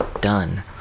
Done